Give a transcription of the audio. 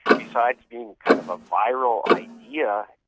besides being kind of a viral idea,